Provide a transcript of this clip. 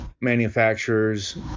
manufacturers